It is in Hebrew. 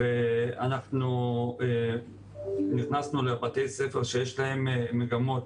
אנחנו נכנסנו לבתי ספר שש-שנתיים שיש להם מגמות,